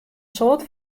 soad